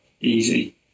easy